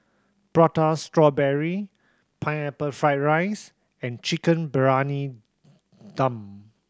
Prata Strawberry Pineapple Fried rice and Chicken Briyani Dum